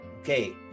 okay